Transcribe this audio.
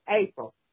April